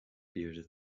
period